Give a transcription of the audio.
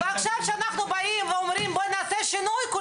וגם תקופת הביניים תישאר לא